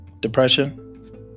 Depression